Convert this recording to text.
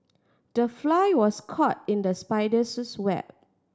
the fly was caught in the spider's web